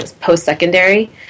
post-secondary